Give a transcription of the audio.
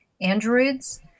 androids